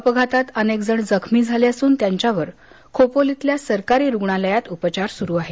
अपघातात अनेकजण जखमी झाले असून त्यांच्यावर खोपोलीतल्या सरकारी रुग्णालयात उपचार सुरू आहेत